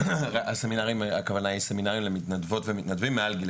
הסמינרים הם למתנדבות ולמתנדבים מעל גיל